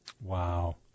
Wow